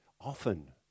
often